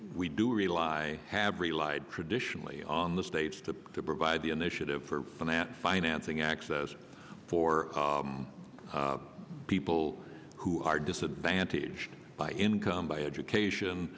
we do rely have relied traditionally on the states to provide the initiative for finance financing access for people who are disadvantaged by income by education